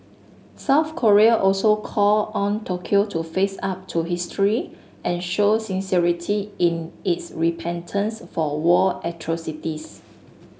South Korea also called on Tokyo to face up to history and show sincerity in its repentance for war atrocities